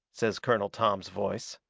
says colonel tom's voice.